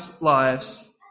lives